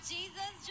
Jesus